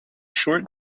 short